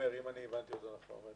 אם הבנתי נכון,